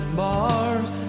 bars